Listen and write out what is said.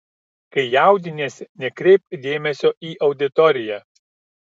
kai jaudiniesi nekreipk dėmesio į auditoriją